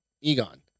Egon